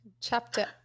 Chapter